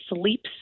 sleeps